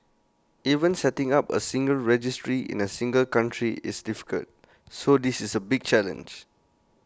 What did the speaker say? even setting up A single registry in A single country is difficult so this is A big challenge